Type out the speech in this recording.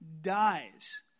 dies